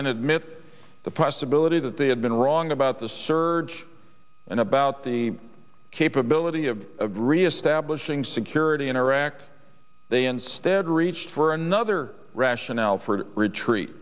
than admit the possibility that they had been wrong about the surge and about the capability of reestablishing security interact they instead reached for another rationale for retreat